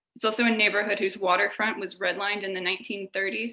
it's also a neighborhood whose waterfront was red-lined in the nineteen thirty s,